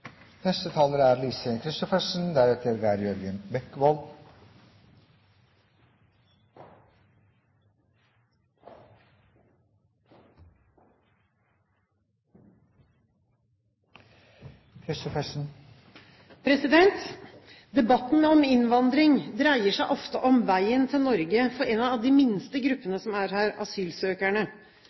Debatten om innvandring dreier seg ofte om veien til Norge for en av de minste gruppene som er her – asylsøkerne.